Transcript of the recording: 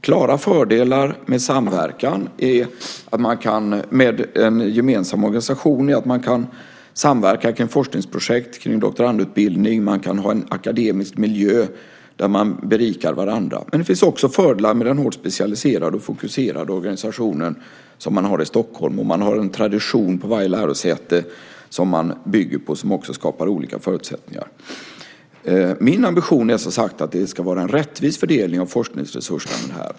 Klara fördelar med en gemensam organisation är att man kan samverka kring forskningsprojekt och doktorandutbildning och ha en akademisk miljö där man berikar varandra. Det finns också fördelar med den hårt specialiserade och fokuserade organisation som man har i Stockholm. Man bygger på en tradition på varje lärosäte som också skapar olika förutsättningar. Min ambition är att det ska vara en rättvis fördelning av forskningsresurserna.